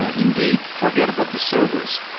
ah indeed, forget about the servers,